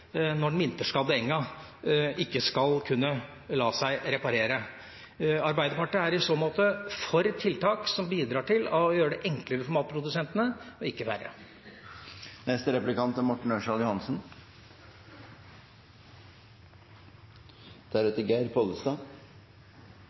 når den vinterskadde enga ikke skal kunne la seg reparere. Arbeiderpartiet er i så måte for tiltak som bidrar til å gjøre det enklere for matprodusentene, og ikke